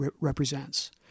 represents